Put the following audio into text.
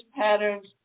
patterns